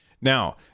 Now